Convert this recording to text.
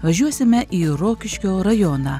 važiuosime į rokiškio rajoną